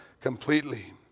completely